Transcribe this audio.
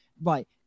Right